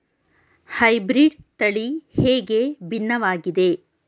Hybrid ತಳಿ ಹೇಗೆ ಭಿನ್ನವಾಗಿದೆ?